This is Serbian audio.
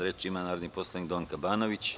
Reč ima narodni poslanik Donka Banović.